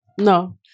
No